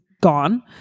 gone